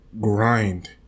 grind